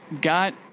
got